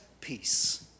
peace